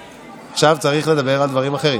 עכשיו צריך לדבר על דברים אחרים.